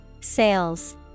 Sales